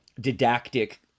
didactic